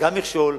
גם מכשול,